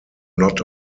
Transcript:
not